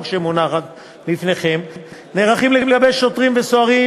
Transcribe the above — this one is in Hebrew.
שמונחת לפניכם נערכים לגבי שוטרים וסוהרים,